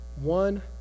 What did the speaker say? One